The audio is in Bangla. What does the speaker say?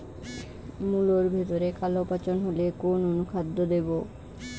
মুলোর ভেতরে কালো পচন হলে কোন অনুখাদ্য দেবো?